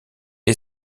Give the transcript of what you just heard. est